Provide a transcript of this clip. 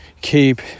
keep